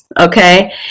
Okay